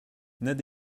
ned